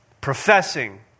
Professing